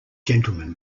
gentleman